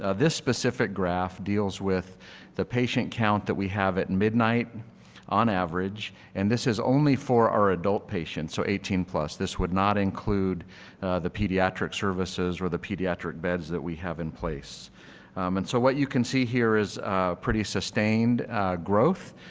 ah this specific graph deals with the patient count that we have at and midnight on average and this is only for our adult patients. so this would not include the pediatric services or the pediatric beds that we have in place um and so what you can see here is pretty sustained growth.